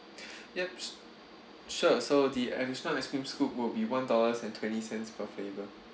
yup sure so the additional ice cream scoop will be one dollars and twenty cents per flavour